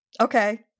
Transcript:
Okay